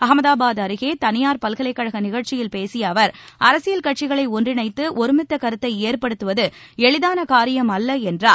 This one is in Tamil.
அஹ்மதாபாத் அருகே தனியார் பல்கலைக்கழக நிகழ்ச்சியில் பேசிய அவர் அரசியல் கட்சிகளை ஒன்றிணைத்து ஒருமித்த கருத்தை ஏற்படுத்துவது எளிதான காரியம் அல்ல என்றார்